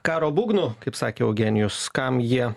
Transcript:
karo būgnų kaip sakė eugenijus kam jie